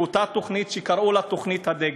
באותה תוכנית שקראו לה תוכנית הדגל.